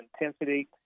intensity